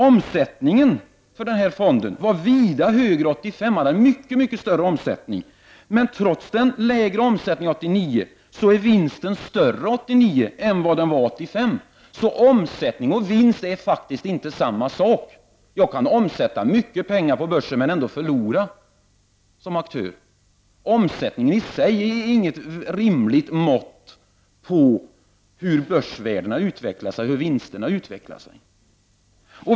Omsättningen på denna fond var vida högre 1985 än 1989. Men trots den lägre omsättningen detta senare år blev vinsten större än 1985. Omsättning och vinst är faktiskt inte samma sak. Jag kan som aktör på börsen omsätta mycket pengar där men ändå förlora. Omsättningen är i sig inget rimligt mått på hur börsvärdena eller vinsterna utvecklas.